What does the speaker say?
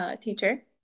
teacher